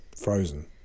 Frozen